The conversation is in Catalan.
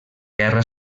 guerra